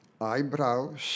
eyebrows